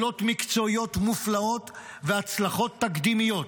יכולות מקצועיות מופלאות והצלחות תקדימיות,